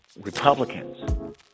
republicans